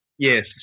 Yes